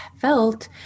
felt